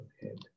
head